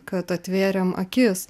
kad atvėrėm akis